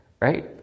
right